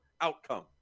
outcome